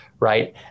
Right